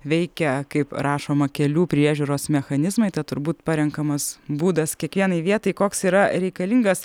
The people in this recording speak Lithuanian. veikia kaip rašoma kelių priežiūros mechanizmai tad turbūt parenkamas būdas kiekvienai vietai koks yra reikalingas